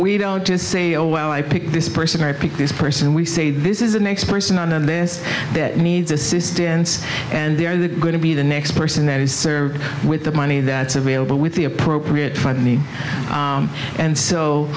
we don't just say oh well i pick this person i pick this person and we say this is the next person on this that needs assistance and they're going to be the next person that is served with the money that's available with the appropriate for me and so